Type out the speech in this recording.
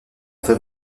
temps